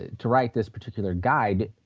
to write this particular guide,